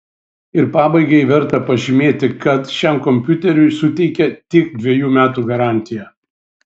ir pabaigai verta pažymėti kad šiam kompiuteriui suteikia tik dvejų metų garantiją